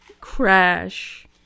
crash